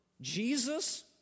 Jesus